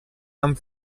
amb